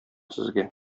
сезгә